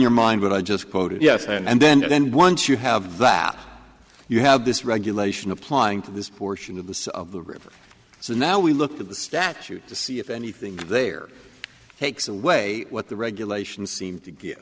your mind what i just quoted yes and then once you have that you have this regulation applying to this portion of this of the river so now we look at the statute to see if anything there takes away what the regulations seem to get